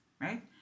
Right